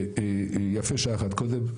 ויפה שעה אחת קודם.